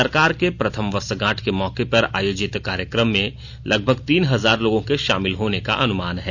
सरकार के प्रथम वर्षगांठ के मौके पर आयोजित कार्यक्रम में लगभग तीन हजार लोगों के शामिल होने का अनुमान है